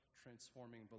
transforming